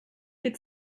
could